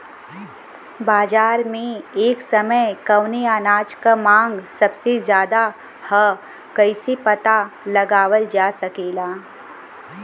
बाजार में एक समय कवने अनाज क मांग सबसे ज्यादा ह कइसे पता लगावल जा सकेला?